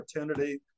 opportunity